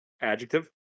Adjective